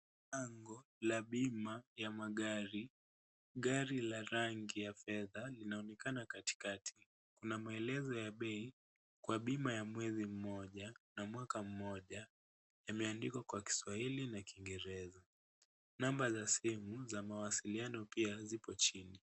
Bango la bima ya magari. Gari la rangi ya fedha linaonekana katikati. Kuna maelezo ya bei kwa bima ya mwezi mmoja na mwaka mmoja. Yameandikwa kwa Kiswahili na Kiingereza . Namba za simu za mawasiliano pia zipo chini.